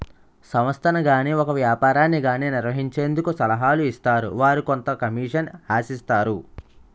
సంస్థను గాని ఒక వ్యాపారాన్ని గాని నిర్వహించేందుకు సలహాలు ఇస్తారు వారు కొంత కమిషన్ ఆశిస్తారు